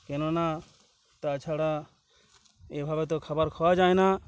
কেননা তাছাড়া এভাবে তো খাবার খাওয়া যায় না